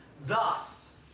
Thus